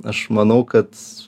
aš manau kad